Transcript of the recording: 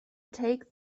take